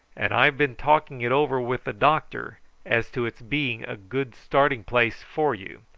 and i've been talking it over with the doctor as to its being a good starting-place for you,